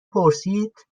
پرسید